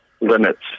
limits